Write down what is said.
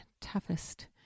toughest